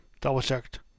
double-checked